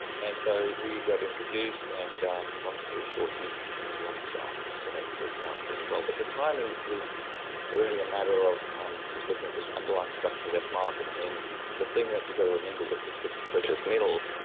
and so, we got introduced and long story short, he's a rock star, and so that's worked out really well. but the timing was really a matter of um just looking at those underlying structure of that market and then the thing that you got to remember with respect to precious metals,